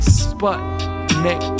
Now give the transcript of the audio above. sputnik